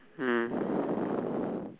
mm